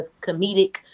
comedic